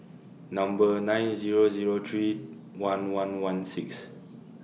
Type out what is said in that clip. Number nine Zero Zero three one one one six